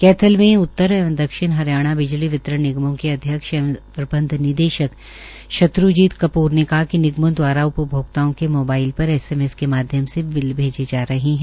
कैथल में उत्तर एवं दक्षिण हरियाणा बिजली वितरण निगमों के अध्यक्ष एवं प्रबंध निदेशक श्री शत्र्जीत कपूर ने कहा कि निगमों दवारा उपभोक्ताओं के मोबाईल पर एसएमएस के माध्यम से बिल भेजे जा रहे हैं